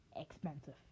expensive